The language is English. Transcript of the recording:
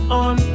on